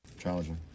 Challenging